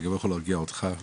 אני יכול להרגיע אותך,